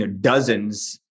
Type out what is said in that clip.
dozens